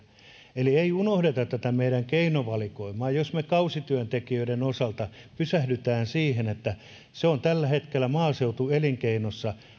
eli ei unohdeta tätä meidän keinovalikoimaa mehän kausityöntekijöiden osalta pysähdymme siihen että se on maaseutuelinkeinossa